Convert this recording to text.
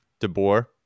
DeBoer